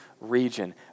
region